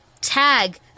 tag